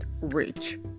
rich